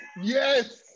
Yes